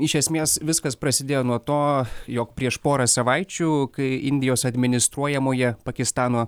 iš esmės viskas prasidėjo nuo to jog prieš porą savaičių kai indijos administruojamoje pakistano